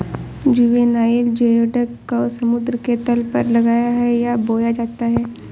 juvenile geoduck को समुद्र के तल पर लगाया है या बोया जाता है